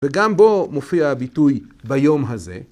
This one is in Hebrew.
וגם בו מופיע הביטוי "ביום הזה",